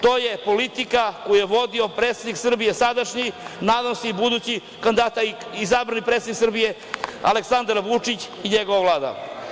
To je politika koju je vodio predsednik Srbije, sadašnji, nadam se i budući, izabrani predsednik Srbije, Aleksandar Vučić i njegova vlada.